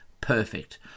Perfect